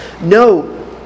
No